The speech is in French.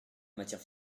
matière